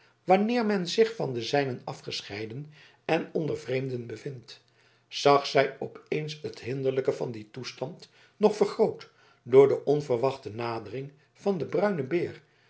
wanneer men zich van de zijnen afgescheiden en onder vreemden bevindt zag zij op eens het hinderlijke van dien toestand nog vergroot door de onverwachte nadering van den bruinen beer